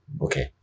okay